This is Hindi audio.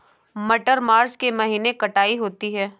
मटर मार्च के महीने कटाई होती है?